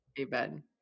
Amen